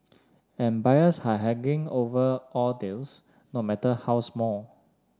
and buyers are haggling over all deals no matter how small